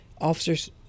officers